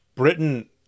Britain